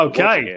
Okay